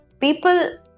people